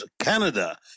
Canada